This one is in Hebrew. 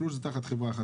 אפילו שזה תחת חברה אחת,